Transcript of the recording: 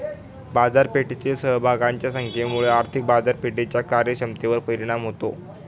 बाजारपेठेतील सहभागींच्या संख्येमुळे आर्थिक बाजारपेठेच्या कार्यक्षमतेवर परिणाम होतो